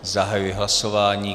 Zahajuji hlasování.